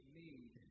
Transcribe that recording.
need